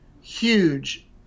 huge